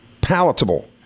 palatable